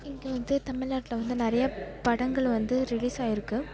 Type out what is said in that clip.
இங்கே வந்து தமிழ்நாட்டில வந்து நிறையாப் படங்கள் வந்து ரிலீஸ் ஆயிருக்குது